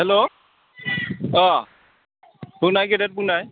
hello अ बुंनाय गेदेर बुंनाय